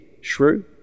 Shrew